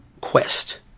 quest